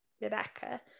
Rebecca